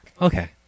Okay